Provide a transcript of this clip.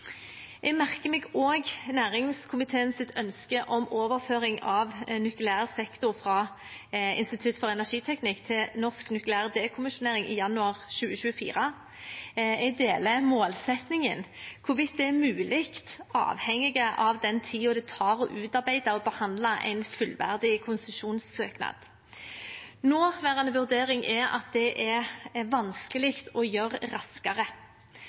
Jeg merker meg også næringskomiteens ønske om overføring av nukleær sektor fra Institutt for energiteknikk til Norsk nukleær dekommisjonering i januar 2024. Jeg deler målsettingen. Hvorvidt det er mulig, avhenger av tiden det tar å utarbeide og behandle en fullverdig konsesjonssøknad. Nåværende vurdering er at det er vanskelig å gjøre det raskere.